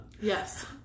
Yes